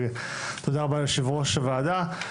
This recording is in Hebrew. ותודה רבה ליושב ראש הוועדה,